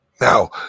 Now